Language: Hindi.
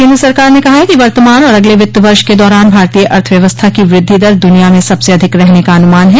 केन्द्र सरकार ने कहा है कि वर्तमान और अगले वित्त वर्ष के दौरान भारतीय अर्थव्यवस्था की वृद्धि दर दुनिया में सबसे अधिक रहने का अनुमान है